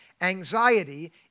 Anxiety